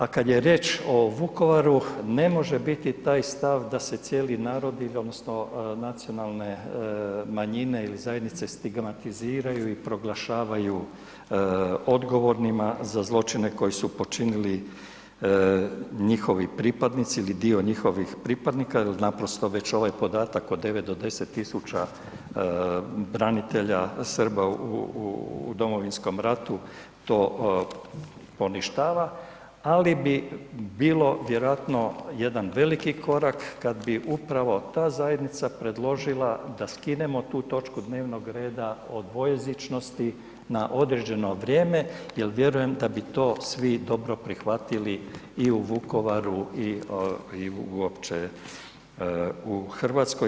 A kad je riječ o Vukovaru, ne može biti taj stav da se cijeli narodi odnosno nacionalne manjine ili zajednice stigmatiziraju i proglašavaju odgovornima za zločine koji su počinili njihovi pripadnici ili dio njihovih pripadnika jer naprosto već ovaj podatak od 9-10 tisuća branitelja Srba u Domovinskom ratu to poništava, ali bi bilo vjerojatno jedan veliki korak kada bi upravo ta zajednica predložila da skinemo tu točku dnevnog reda o dvojezičnosti na određeno vrijeme jer vjerujem da bi to svi dobro prihvatili i u Vukovaru i u uopće u Hrvatskoj.